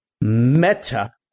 meta